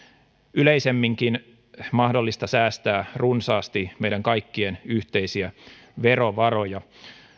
yleisemminkin mahdollista säästää runsaasti meidän kaikkien yhteisiä verovaroja